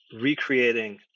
recreating